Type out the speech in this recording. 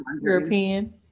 European